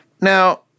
Now